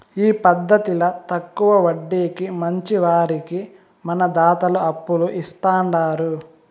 ఈ పద్దతిల తక్కవ వడ్డీకి మంచివారికి మన దాతలు అప్పులు ఇస్తాండారు